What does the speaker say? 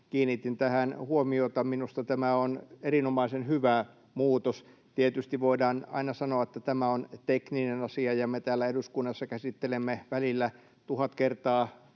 kiinnitin tähän huomiota. Minusta tämä on erinomaisen hyvä muutos. Tietysti voidaan aina sanoa, että tämä on tekninen asia ja me täällä eduskunnassa käsittelemme välillä taloudelliselta